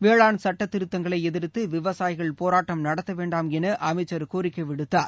வேளாண் சுட்டத்திருத்தங்களை எதிர்த்து விவசாயிகள் போராட்டம் நடத்த வேண்டாம் என அமைச்சர் கோரிக்கை விடுத்தார்